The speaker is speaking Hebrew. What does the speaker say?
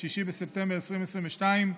6 בספטמבר 2022,